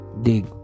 dig